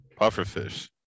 Pufferfish